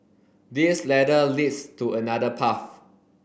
this ladder leads to another path